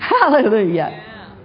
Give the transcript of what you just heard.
Hallelujah